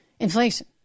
Inflation